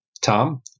Tom